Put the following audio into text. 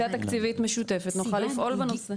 תקציבית משותפת כך נוכל לפעול בנושא.